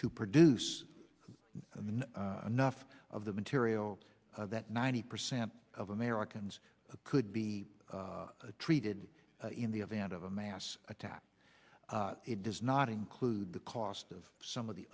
to produce enough of the material that ninety percent of americans could be treated in the event of a mass attack it does not include the cost of some of the